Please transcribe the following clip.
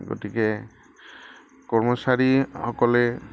গতিকে কৰ্মচাৰীসকলে